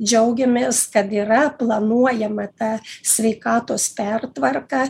džiaugiamės kad yra planuojama ta sveikatos pertvarka